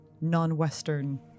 non-western